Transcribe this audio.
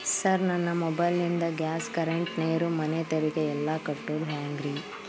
Sir ನನ್ನ mobile ನಿಂದ gas, current, ನೇರು, ಮನೆ ತೆರಿಗೆ ಎಲ್ಲಾ ಕಟ್ಟೋದು ಹೆಂಗ್ರಿ?